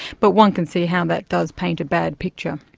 but one can see how that does paint a bad picture.